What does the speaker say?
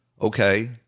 okay